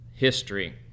history